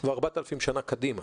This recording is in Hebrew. ו-4,000 שנה קדימה.